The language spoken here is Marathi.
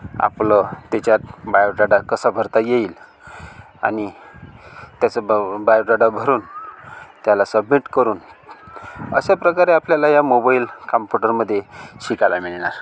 आपलं त्याच्यात बायोडाटा कसा भरता येईल आणि त्याचं बा बायोडाटा भरून त्याला सबमिट करून अशाप्रकारे आपल्याला या मोबाईल कम्प्युटरमध्ये शिकायला मिळणार